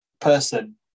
person